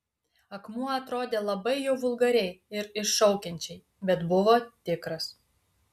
akmuo atrodė labai jau vulgariai ir iššaukiančiai bet buvo tikras